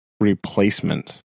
replacement